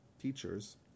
teachers